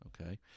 Okay